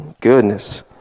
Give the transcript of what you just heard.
Goodness